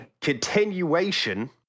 continuation